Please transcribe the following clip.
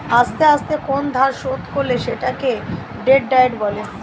আস্তে আস্তে কোন ধার শোধ করলে সেটাকে ডেট ডায়েট বলে